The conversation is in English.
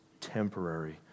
temporary